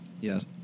Yes